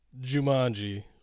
Jumanji